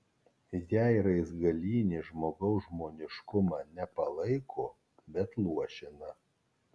jei raizgalynė žmogaus žmoniškumą ne palaiko bet luošina